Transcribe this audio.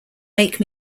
make